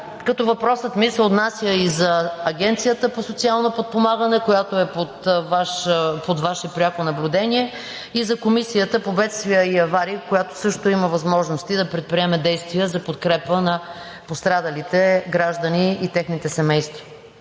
места? Въпросът ми се отнася и за Агенцията по социално подпомагане, която е под Ваше пряко наблюдение, и за Комисията за бедствия и аварии, която също има възможности да предприеме действия за подкрепа на пострадалите граждани и техните семейства.